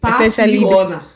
essentially